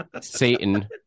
Satan